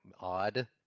odd